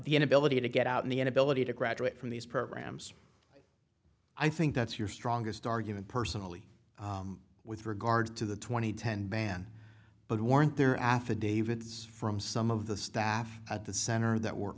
the inability to get out in the inability to graduate from these programs i think that's your strongest argument personally with regard to the two thousand and ten ban but weren't there affidavits from some of the staff at the center that were